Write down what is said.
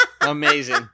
amazing